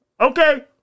Okay